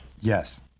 yes